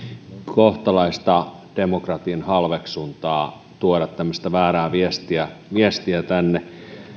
kohtalaista demokratian halveksuntaa tuoda tämmöistä väärää viestiä viestiä tänne